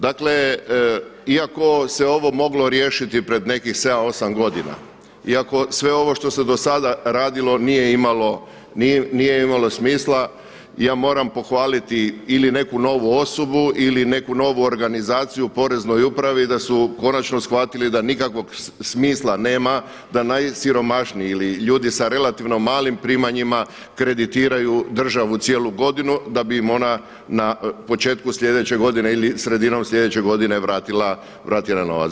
Dakle iako se ovo moglo riješiti pred nekih sedam, osam godina, iako ovo što se do sada radilo nije imalo smisla, ja moram pohvaliti ili neku novu osobu ili neku novu organizaciju u Poreznoj upravi da su konačno shvatili da nikakvog smisla nema da najsiromašniji ili ljudi sa relativno malim primanjima kreditiraju državu cijelu godinu, da bi im ona na početku sljedeće godine ili sredinom sljedeće godine vratila novac.